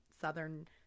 southern